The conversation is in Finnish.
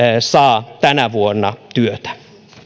saa tänä vuonna työtä